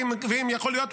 ואם יכול להיות,